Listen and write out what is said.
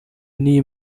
n’iyi